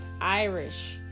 Irish